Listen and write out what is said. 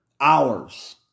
hours